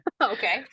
okay